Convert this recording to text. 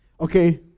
Okay